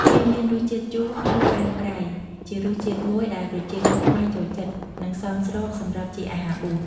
វាមានរសជាតិជូរ ហឹរ ផ្អែម ប្រៃ ជារសជាតិមួយ ដែលប្រជាជនខ្មែរចូលចិត្ត និងសមស្របសម្រាប់ជាអាហារបួស។